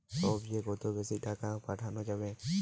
সব চেয়ে কত বেশি টাকা পাঠানো যাবে?